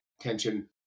tension